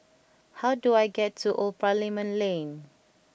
how do I get to Old Parliament Lane